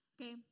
Okay